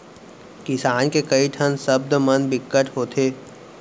किसान के कइ ठन सब्द मन बिकट होथे